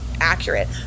accurate